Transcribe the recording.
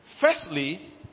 Firstly